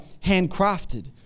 handcrafted